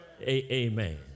Amen